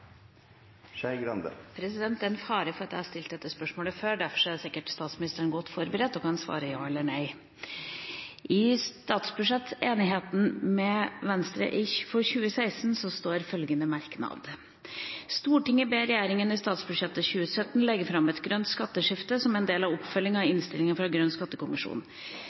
en fare for at jeg har stilt dette spørsmålet før. Derfor er sikkert statsministeren godt forberedt og kan svare ja eller nei. I statsbudsjettenigheten med Venstre for 2016 står følgende merknad: «Stortinget ber regjeringen i statsbudsjettet for 2017 fremme forslag om et grønt skatteskift som en del av oppfølgingen av innstillingen fra grønn